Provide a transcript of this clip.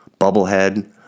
bubblehead